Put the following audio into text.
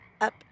up